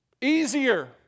Easier